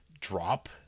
drop